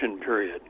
period